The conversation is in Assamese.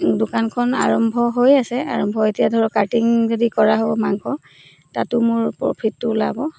দোকানখন আৰম্ভ হৈ আছে আৰম্ভ এতিয়া ধৰক কাটিং যদি কৰা হ'ব মাংস তাতো মোৰ প্ৰফিটটো লাভ